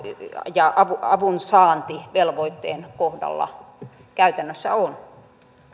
ja avunsaantivelvoitteen kohdalla käytännössä on